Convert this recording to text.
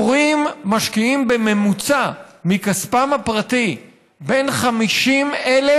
הורים משקיעים בממוצע מכספם הפרטי בין 50,000